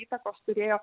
įtakos turėjo